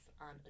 on